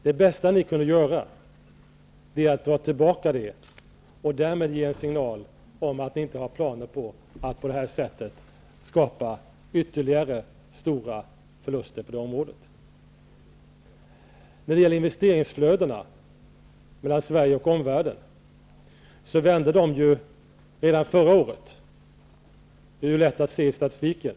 Det bästa ni kunde göra är att dra tillbaka ert ställningstagande och därmed ge en signal om att ni inte har planer på att på det här sättet skapa ytterligare stora förluster på det här området. Investeringsflödena mellan Sverige och omvärlden vände redan förra året. Det är lätt att se i statistiken.